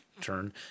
turn